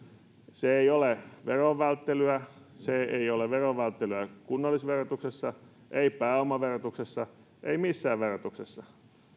se ei ole veron välttelyä se ei ole veron välttelyä kunnallisverotuksessa ei pääomaverotuksessa ei missään verotuksessa